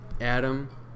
Adam